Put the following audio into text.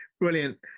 Brilliant